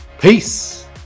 Peace